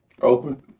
Open